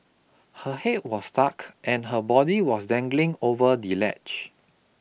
her head was stuck and her body was dangling over the ledge